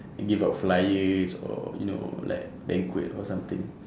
give out flyers or you know like banquet or something